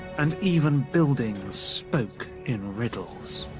and even buildings spoke in riddles.